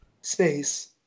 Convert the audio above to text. space